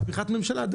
זה בתמיכת הממשלה.